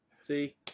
See